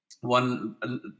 one